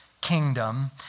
kingdom